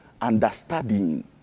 understanding